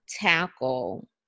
tackle